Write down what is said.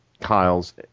Kyle's